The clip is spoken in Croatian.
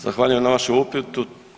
Zahvaljujem na vašem upitu.